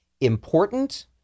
important